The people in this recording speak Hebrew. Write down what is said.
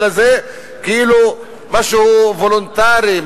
אלא זה כאילו משהו וולונטרי,